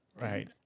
Right